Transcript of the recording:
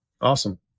Awesome